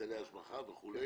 היטלי השבחה וכולי,